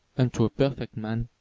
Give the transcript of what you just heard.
unto a perfect man,